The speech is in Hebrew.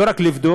לא רק לבדוק,